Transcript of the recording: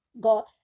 God